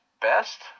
best